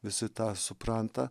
visi tą supranta